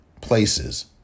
places